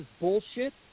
bullshit